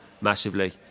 massively